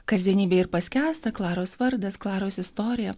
kasdienybėj ir paskęsta klaros vardas klaros istorija